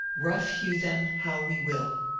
rough hew them how we will.